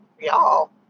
y'all